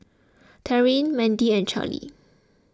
Taryn Mendy and Charly